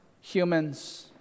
humans